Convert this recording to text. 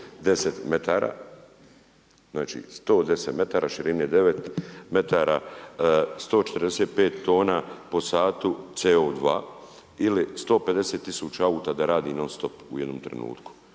110m, širene 9m, 145 tona po satu CO2 ili 150 tisuća auta da radi non stop u jednom trenutku.